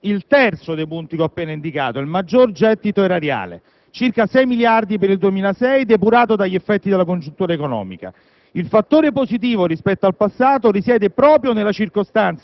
La vera novità della Nota in esame è il terzo dei punti che ho appena indicato, vale a dire il maggior gettito erariale (circa 6 miliardi per il 2006), depurato dagli effetti della congiuntura economica.